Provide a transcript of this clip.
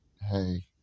hey